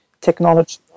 technology